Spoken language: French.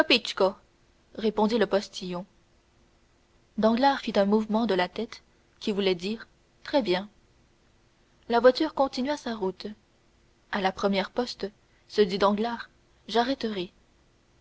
répondit le postillon danglars fit un mouvement de la tête qui voulait dire très bien la voiture continua sa route à la première poste se dit danglars j'arrêterai